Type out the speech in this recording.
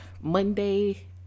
Monday